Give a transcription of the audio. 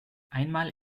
einmal